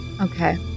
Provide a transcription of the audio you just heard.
Okay